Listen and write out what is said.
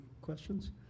questions